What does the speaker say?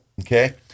Okay